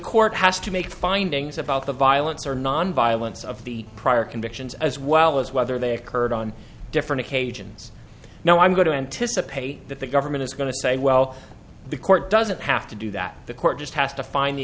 court has to make findings about the violence or nonviolence of the prior convictions as well as whether they occurred on different occasions now i'm going to anticipate that the government is going to say well the court doesn't have to that the court just has to find the